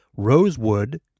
Rosewood